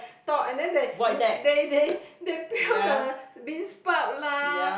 talk and then they they they they peel the bean sprout lah